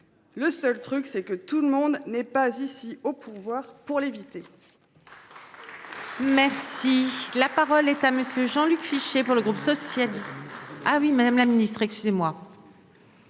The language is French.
Le seul truc c'est que tout le monde n'est pas ici au pouvoir pour l'éviter.